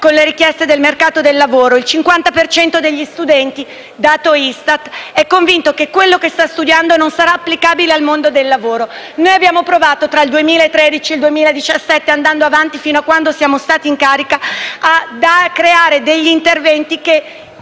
con le richieste del mercato del lavoro, il 50 per cento degli studenti (dato ISTAT) è convinto che quello che sta studiando non sarà applicabile nel mondo del lavoro. Noi abbiamo provato, tra il 2013 e il 2017, andando avanti fino a quando siamo stati in carica, a creare degli interventi che